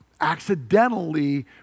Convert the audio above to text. accidentally